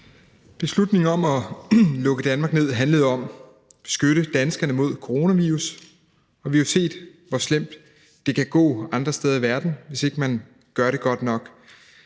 Beslutningen om at lukke Danmark ned handlede om at beskytte danskerne mod coronavirus. Vi har jo set andre steder i verden, hvor slemt det kan gå, hvis ikke man gør det godt nok